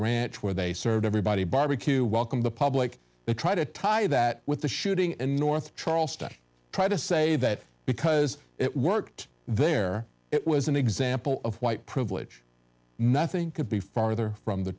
ranch where they served everybody barbecue welcome the public try to tie that with the shooting and north charleston try to say that because it worked there it was an example of white privilege nothing could be further from the